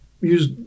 use